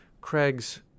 Craig's